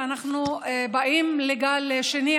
ואנחנו באים לגל שני,